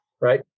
Right